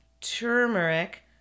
turmeric